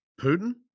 Putin